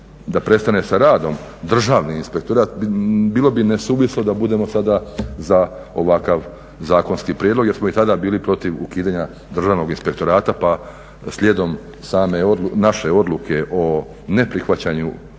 da prestane sa radom Državni inspektorat. Bilo bi nesuvislo da budemo sada za ovakav zakonski prijedlog, jer smo i tada bili protiv ukidanja Državnog inspektorata, pa slijedom same naše odluke o neprihvaćanju